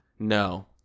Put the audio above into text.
No